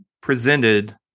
presented